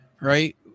right